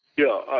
yeah,